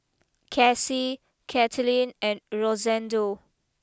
Casie Kathlyn and Rosendo